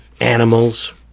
animals